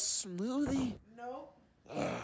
smoothie